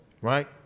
right